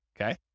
Okay